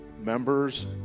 members